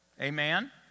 Amen